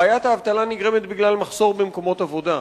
בעיית האבטלה נגרמת בגלל מחסור במקומות עבודה.